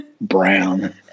Brown